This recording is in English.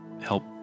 help